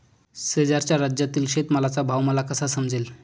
शेजारच्या राज्यातील शेतमालाचा भाव मला कसा समजेल?